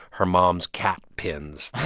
her mom's cat pins that